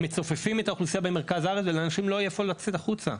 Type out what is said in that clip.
מצופפים את האוכלוסייה במרכז הארץ ולאנשים לא יהיו יכולים לצאת החוצה.